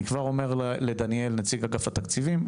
אני כבר אומר לדניאל, נציג אגף התקציבים.